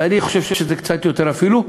ואני חושב שזה קצת יותר אפילו,